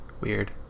Weird